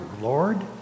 Lord